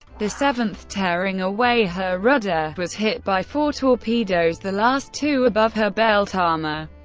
the seventh tearing away her rudder. was hit by four torpedoes, the last two above her belt armor,